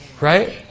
Right